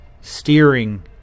steering